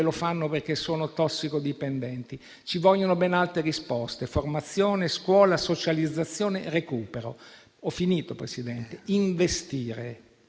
lo fanno perché sono tossicodipendenti. Ci vogliono ben altre risposte: formazione, scuola, socializzazione, recupero. Occorre investire